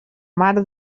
mare